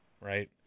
right